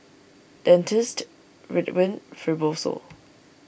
Dentiste Ridwind Fibrosol